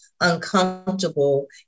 uncomfortable